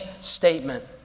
statement